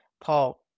Paul